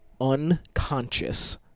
unconscious